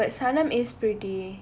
oh ya but sanam is pretty